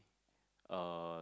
uh